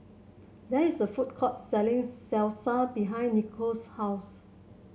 there is a food court selling Salsa behind Nichole's house